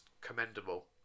commendable